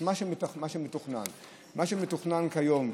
מה שמתוכנן כיום,